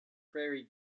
prairie